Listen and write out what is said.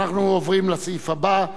אנחנו עוברים לסעיף הבא.